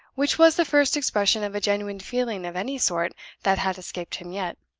which was the first expression of a genuine feeling of any sort that had escaped him yet.